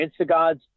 Instagods